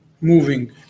moving